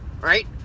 right